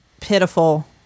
pitiful